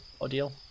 ordeal